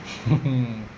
mmhmm